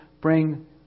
Bring